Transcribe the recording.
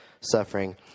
suffering